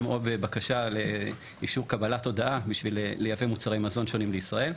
או בבקשה לאישור קבלת הודעה בשביל לייבא מוצרי מזון שונים לישראל,